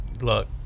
look